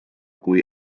kui